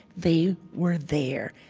they were there,